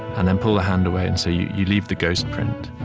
and then pull the hand away. and so, you you leave the ghost print.